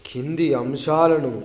కింది అంశాలను